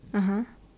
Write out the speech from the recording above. (uh huh)